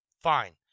Fine